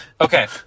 Okay